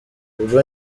ubwo